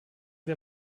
der